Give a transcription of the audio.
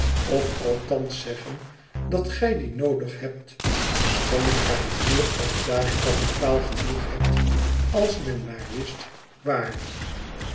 of althans zeggen dat gij dien noodig hebt schoon gij hier of daar kapitaal genoeg hebt als men maar wist waar